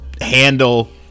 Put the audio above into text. handle